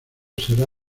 será